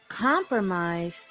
compromise